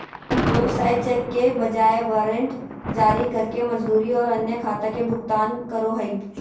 व्यवसाय चेक के बजाय वारंट जारी करके मजदूरी और अन्य खाता के भुगतान करो हइ